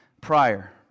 prior